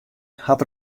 hat